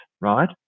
right